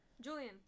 Julian